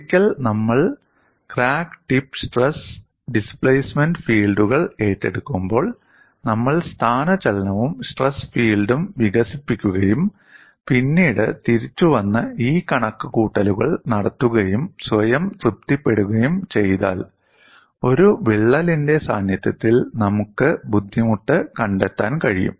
ഒരിക്കൽ നമ്മൾ crack tip stress displacement ഫീൽഡുകൾ ഏറ്റെടുക്കുമ്പോൾ നമ്മൾ സ്ഥാനചലനവും സ്ട്രെസ് ഫീൽഡും വികസിപ്പിക്കുകയും പിന്നീട് തിരിച്ചുവന്ന് ഈ കണക്കുകൂട്ടലുകൾ നടത്തുകയും സ്വയം തൃപ്തിപ്പെടുത്തുകയും ചെയ്താൽ ഒരു വിള്ളലിന്റെ സാന്നിധ്യത്തിൽ നമുക്ക് ബുദ്ധിമുട്ട് കണ്ടെത്താൻ കഴിയും